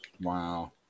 Wow